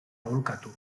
aholkatu